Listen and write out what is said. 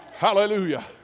Hallelujah